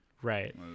Right